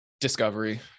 discovery